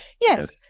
yes